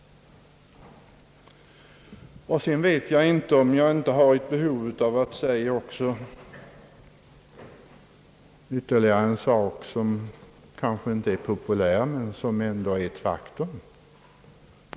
Jag känner ett behov av att säga ytterligare en sak, även om den inte är så populär — vad jag vill säga är ändå ett faktum.